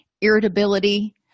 irritability